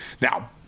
Now